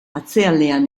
atzealdean